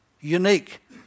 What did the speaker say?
unique